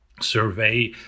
survey